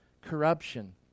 corruption